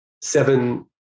seven